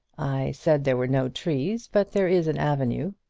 i said there were no trees, but there is an avenue.